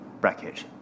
bracket